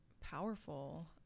powerful